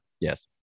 Yes